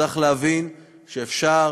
צריך להבין שאפשר,